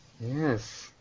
Yes